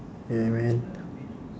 yeah man